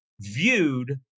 viewed